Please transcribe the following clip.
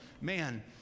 Man